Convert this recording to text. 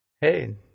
Hey